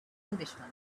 englishman